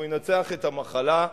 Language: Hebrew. והוא ינצח את המחלה.